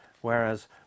whereas